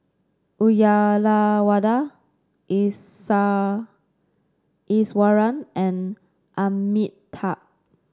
Uyyalawada Iswaran and Amitabh